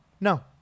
No